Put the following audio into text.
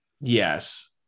Yes